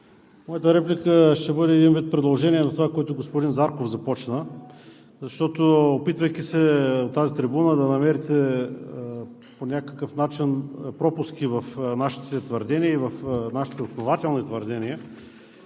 моята реплика ще бъде един вид продължение на това, което господин Зарков започна, защото, опитвайки се от тази трибуна да намерите по някакъв начин пропуски в нашите основателни твърдения,